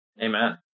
Amen